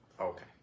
Okay